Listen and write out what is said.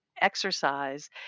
exercise